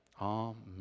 Amen